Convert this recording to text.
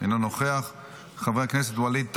אינו נוכח, חבר הכנסת ווליד טאהא,